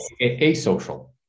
asocial